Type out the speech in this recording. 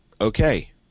okay